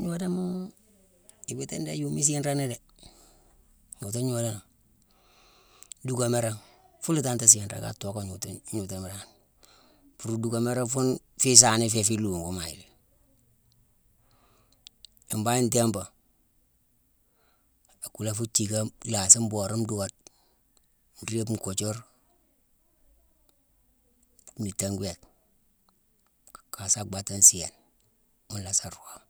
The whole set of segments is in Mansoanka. Gnoodone gnoodoma iwiitine dé yooma isiirani dé. Gnoju gnoodoma: duckamérama: funa tanté siiré ka thooké gnooju-gnoojuma dan. Pur duckamérama fune fii saana iféé fuu ilungu maye. Ya mbhangh pan, a kulé fuu jickame, lhaasi mboore ndoode, nriibe nkujur nhiiti an gwéck. Kasa bhaaté nsééne. Ghuna asaa nroome.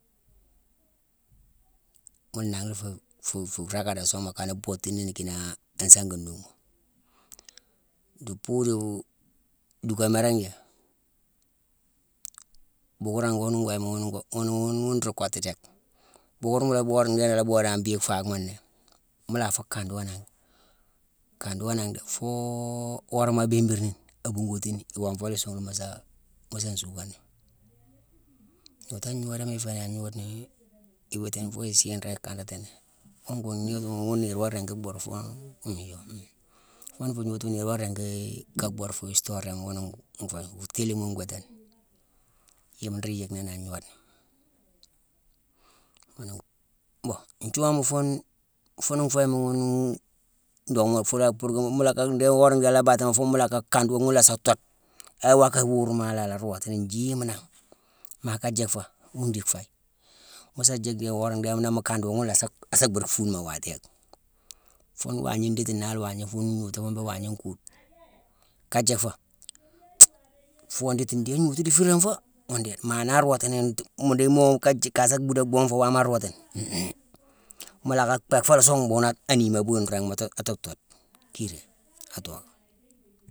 Ghune nanghna fu fu rakadasongma akane bootini, ki naa ansangi nnuugh. Di puru duckamérama yé, buukeuroma wune nguyema ghune ghune nruu kottu dé: bukeurma la boode, ndééne a la boode an biigi faakma né. Mu la fu kando nangh, kando nangh dé foo worama abimbir ni, abuughatini, iwonfale isungh mu saa mu saa nsuukani. Gnootone ngnoodena iféé ni an gnoodena iwiitine fo isinré i kandatini. Wune wu gnoojuma ghune niir wo ringi bhuur foo niir wo ringi ka bhuur fuu istoriama ghune nféé fu thiilima ngwitine. Yéma nruu yick ni an gnoodena. nthiuwama fune, fune nfuyi ma ghune-n- purké mu lacka ndhééne wora ndhééne a la bata mo foo mu lacka kando, ghuna asa tode awaka iwurma la a la rootini. Njiima nangh. Maa ka jiick fo, ghune ndick faye. Mu jiick-jick wora ndéé ni mu kando, ghuna asa- asda bhiri fune mo watéék. Fune waagna nditi nala waagna fune gnootu fune bééghine wagna nkuude. Ka jiick fo, foo nditi ndééne gnoju la i funangh fo, ghune ndéé. Ma naa rootini mu mo ka jiick-kasa bhuudame, bhuughune fo nangh wama arootini. Mu la bhéck fo la song, mbhuughune ani mo a buye nrééghma atu-atu thode, kiréye atooké.